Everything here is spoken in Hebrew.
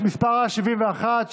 מס' פ/71,